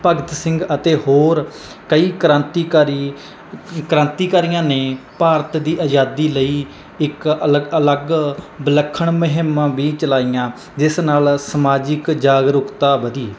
ਭਗਤ ਸਿੰਘ ਅਤੇ ਹੋਰ ਕਈ ਕ੍ਰਾਂਤੀਕਾਰੀ ਕ੍ਰਾਂਤੀਕਾਰੀਆਂ ਨੇ ਭਾਰਤ ਦੀ ਆਜ਼ਾਦੀ ਲਈ ਇੱਕ ਅਲੱ ਅਲੱਗ ਵਿਲੱਖਣ ਮੁਹਿਮ ਵੀ ਚਲਾਈ ਜਿਸ ਨਾਲ ਸਮਾਜਿਕ ਜਾਗਰੂਕਤਾ ਵਧੀ